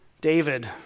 David